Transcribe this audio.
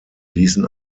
ließen